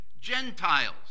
Gentiles